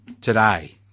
today